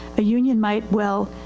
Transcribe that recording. a union might well,